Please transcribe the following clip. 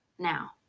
Now